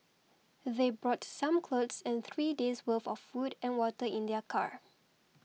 they brought some clothes and three days' worth of food and water in their car